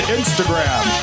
Instagram